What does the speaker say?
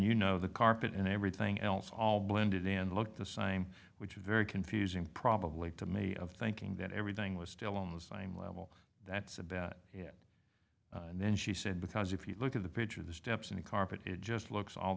you know the carpet and everything else all blended and looked the same which is very confusing probably to me of thinking that everything was still on the same level that's about it and then she said because if you look at the pitch of the steps in the carpet it just looks all